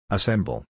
Assemble